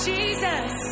Jesus